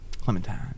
Clementine